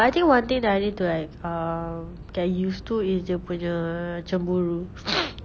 but I think one thing that I need to like um get used to is dia punya cemburu